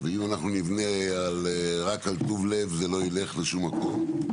ואם אנחנו נבנה רק על טוב לב זה לא יילך לשום מקום,